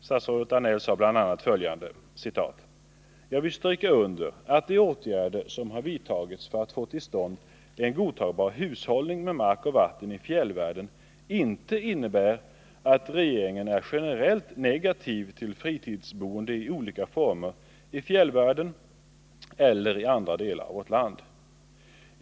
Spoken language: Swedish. Statsrådet Danell sade bl.a. följande: ”Jag vill stryka under att de åtgärder som har vidtagits för att få till stånd en godtagbar hushållning med mark och vatten i fjällvärlden inte innebär att regeringen är generellt negativ till fritidsboende i olika former i fjällvärlden eller i andra delar av vårt land.